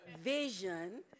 Vision